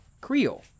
Creole